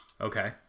okay